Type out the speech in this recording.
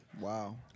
Wow